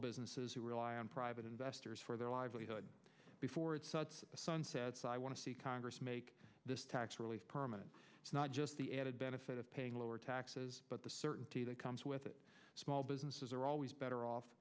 businesses who rely on private investors for their livelihood before the sun sets i want to see congress make this tax relief permanent it's not just the added benefit of paying lower taxes but the certainty that comes with it small businesses are always better off